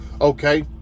okay